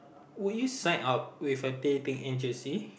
would you sign up with a dating agency